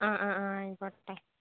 ആ ആ ആ ആയിക്കോട്ടെ